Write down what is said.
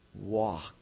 Walk